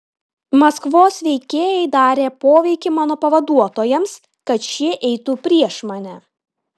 maskvos veikėjai darė poveikį mano pavaduotojams kad šie eitų prieš mane